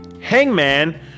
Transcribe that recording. hangman